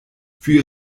für